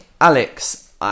Alex